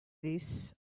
this